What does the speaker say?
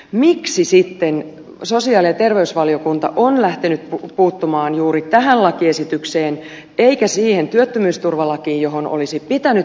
miksi sitten sosiaali ja terveysvaliokunta on lähtenyt puuttumaan juuri tähän lakiesitykseen eikä siihen työttömyysturvalakiin johon olisi pitänyt puuttua